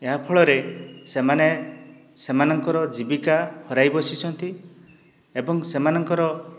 ଏହା ଫଳରେ ସେମାନେ ସେମାନଙ୍କର ଜୀବିକା ହରାଇ ବସିଛନ୍ତି ଏବଂ ସେମାନଙ୍କର